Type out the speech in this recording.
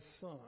son